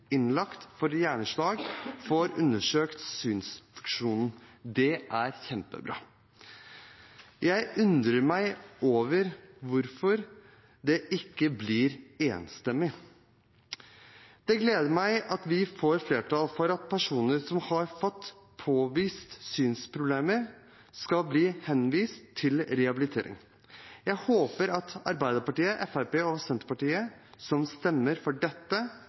innlagt for hjerneslag, får undersøkt synsfunksjonen. Det er kjempebra. Jeg undrer meg over hvorfor dette ikke blir vedtatt enstemmig. Det gleder meg at vi får flertall for at personer som har fått påvist synsproblemer, skal bli henvist til rehabilitering. Jeg håper at Arbeiderpartiet, Fremskrittspartiet og Senterpartiet, som stemmer for dette